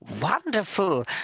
wonderful